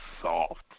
soft